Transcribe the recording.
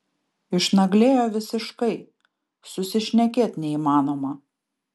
išnaglėjo visiškai susišnekėt neįmanoma